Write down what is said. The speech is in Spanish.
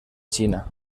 china